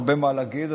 הרבה מה להגיד,